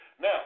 Now